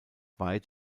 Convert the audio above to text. weit